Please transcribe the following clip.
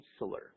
insular